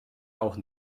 auch